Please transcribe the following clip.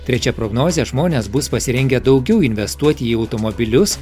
trečia prognozė žmonės bus pasirengę daugiau investuoti į automobilius